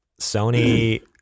Sony